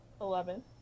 Eleven